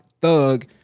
Thug